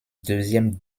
deuxième